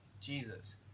Jesus